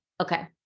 Okay